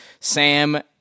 Sam